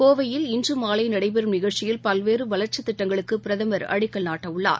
கோவையில் நடைபெறும் நிகழ்ச்சியில் பல்வேறுவளர்ச்சித் திட்டங்களுக்குபிரதமர் அடிக்கல் நாட்டஉள்ளார்